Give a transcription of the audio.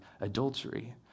adultery